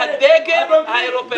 זה הדגם האירופאי.